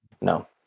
no